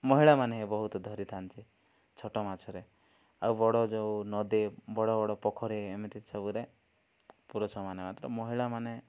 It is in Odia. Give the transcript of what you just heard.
ମହିଳାମାନେ ବହୁତ ଧରିଥାନ୍ତି ଛୋଟ ମାଛରେ ଆଉ ବଡ଼ ଯେଉଁ ନଦୀ ବଡ଼ ବଡ଼ ପୋଖର ଏମିତି ସବୁରେ ପୁରୁଷ ମାନେ ମାତ୍ର ମହିଳାମାନେ